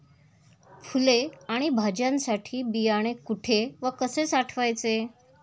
फुले आणि भाज्यांसाठी बियाणे कुठे व कसे साठवायचे?